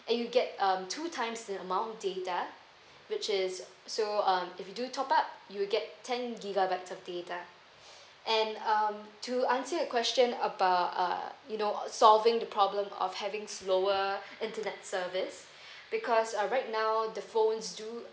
and you get um two times the amount data which is so um if you do top up you'll get ten gigabytes of data and uh to answer your question about uh you know solving the problem of having slower internet service because uh right now the phones do